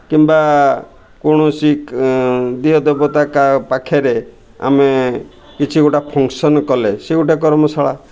କିମ୍ବା କୌଣସି ଦିଅ ଦେବତା କା ପାଖରେ ଆମେ କିଛି ଗୋଟା ଫଙ୍କ୍ସନ୍ କଲେ ସେ ଗୋଟେ କର୍ମଶାଳା